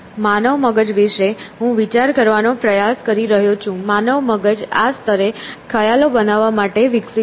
માનવ મગજ વિશે હું વિચાર કરવાનો પ્રયાસ કરી રહ્યો છું માનવ મગજ આ સ્તરે ખ્યાલો બનાવવા માટે વિકસિત છે